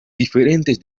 diferentes